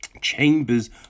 Chambers